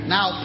Now